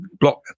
block